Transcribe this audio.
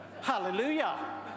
Hallelujah